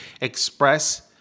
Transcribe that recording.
express